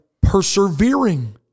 persevering